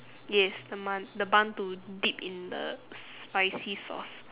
yes the man~ the bun to dip in the spicy sauce